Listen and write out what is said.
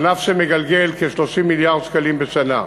ענף שמגלגל כ-30 מיליארד שקלים בשנה.